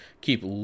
keep